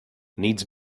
needs